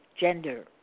gender